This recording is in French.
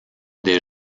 des